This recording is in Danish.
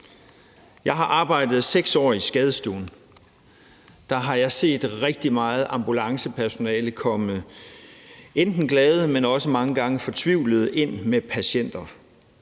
Jeg har arbejdet 6 år på skadestuen, og der har jeg set rigtig meget ambulancepersonale komme enten glade eller også mange gange fortvivlede ind med patienter.